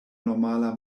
normala